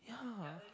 yeah